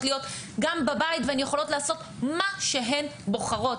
להיות גם בבית והן יכולות לעשות מה שהן בוחרות.